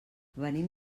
venim